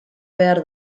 behar